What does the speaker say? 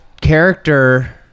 character